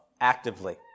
actively